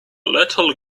little